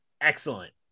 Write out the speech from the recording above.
excellent